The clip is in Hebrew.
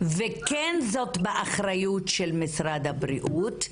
וכן זה באחריות של משרד הבריאות,